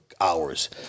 hours